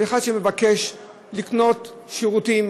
כשאחד שמבקש לקנות שירותים,